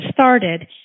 started